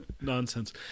nonsense